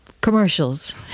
commercials